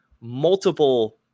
multiple